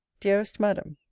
dearest madam,